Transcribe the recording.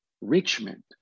Richmond